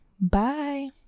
Bye